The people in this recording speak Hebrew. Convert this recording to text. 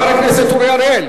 חבר הכנסת אורי אריאל,